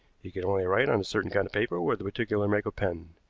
he can only write on a certain kind of paper with a particular make of pen.